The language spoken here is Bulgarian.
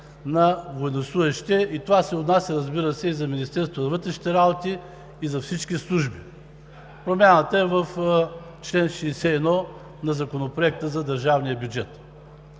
на военнослужещите и това се отнася, разбира се, и за Министерството на вътрешните работи, и за всички служби. Промяната е в чл. 61 на Законопроекта за държавния бюджет.